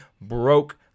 broke